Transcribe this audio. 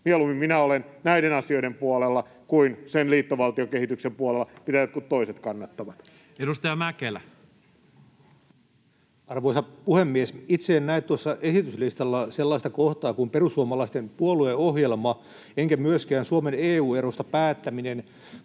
Mieluummin minä olen näiden asioiden puolella kuin sen liittovaltiokehityksen puolella, mitä jotkut toiset kannattavat. Edustaja Mäkelä. Arvoisa puhemies! Itse en näe tuossa esityslistalla sellaista kohtaa kuin perussuomalaisten puolueohjelma enkä myöskään Suomen EU-erosta päättämistä,